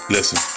Listen